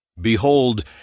Behold